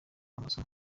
amasomo